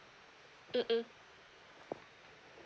mm mm